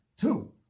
Two